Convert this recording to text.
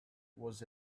was